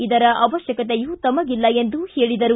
ಇದರ ಅವಶ್ಯಕತೆಯೂ ತಮಗಿಲ್ಲ ಎಂದು ಹೇಳಿದರು